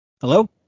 Hello